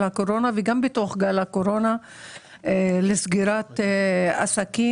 הקורונה וגם במהלך גל הקורונה לסגירת עסקים,